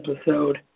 episode